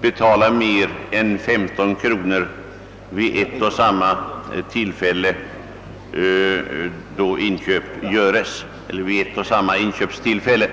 betala mer än 15 kronor vid ett och samma inköps tillfälle.